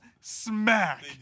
smack